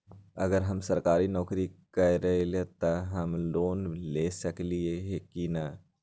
अगर हम सरकारी नौकरी करईले त हम लोन ले सकेली की न?